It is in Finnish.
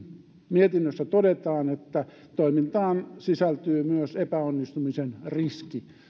mietinnössä todetaan toimintaan sisältyy myös epäonnistumisen riski